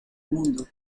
mundo